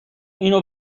اینو